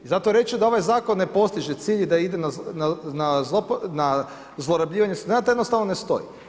I zato reći da ovaj zakon ne postiže cilj i da ide na zlorabljivanje, to jednostavno ne stoji.